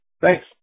Thanks